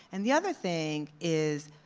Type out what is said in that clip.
and the other thing is,